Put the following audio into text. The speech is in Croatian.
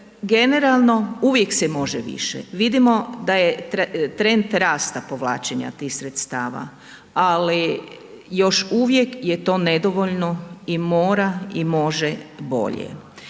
Generalno, uvijek se može više, vidimo da je trend rasta povlačenja tih sredstava, ali još uvijek je to nedovoljno i mora i može bolje,